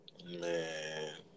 Man